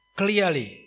clearly